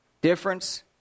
Difference